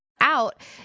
out